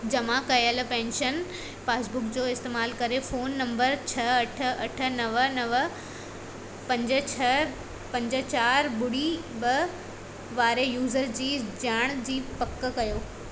जमा कयल pension passbook जो इस्तमाल करे फोन नंबर छह अठ अठ नव नव पंज छह पंज चारि ॿुड़ी ॿ वारे यूज़र जी जाण जी पक कयो